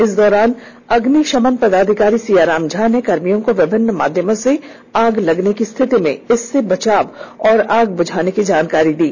इस दौरान अग्निशमन पदाधिकारी सियाराम झा ने कर्मियों को विभिन्न माध्यमों से आग लगने की स्थिति में इससे बचाव व आग बुझाने की जानकारी दी